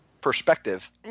perspective